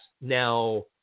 Now